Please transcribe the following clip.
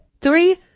Three